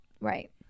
right